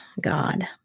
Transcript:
God